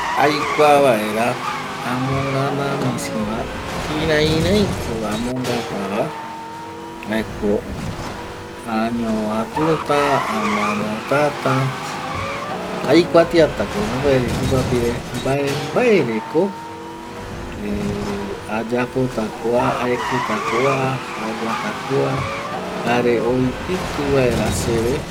﻿Aikua vaera amögana misiva, kirairaiko amongatava, jaeko añovatura, amänotata, aikuatiatako mopeti tupapire mbaembaereko ayapota kua aekita kua, aguata kua jare oupiti vaera seve